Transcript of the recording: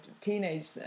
teenage